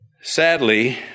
Sadly